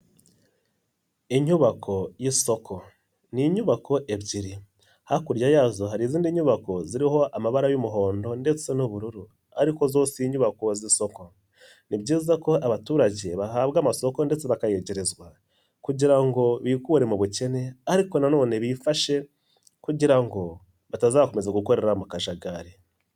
Inyubako y'isoko ni inyubako ebyiri hakurya yazo hari izindi nyubako ziriho amabara y'umuhondo ndetse n'ubururu ariko zo si iyi nyubako z'isoko, ni byiza ko abaturage bahabwa amasoko ndetse bakayegerezwa kugira ngo bikure mu bukene ariko nanone bifashe kugira ngo batazakomeza gukorera mu kajagari.